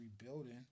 rebuilding